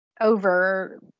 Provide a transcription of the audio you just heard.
over